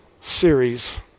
series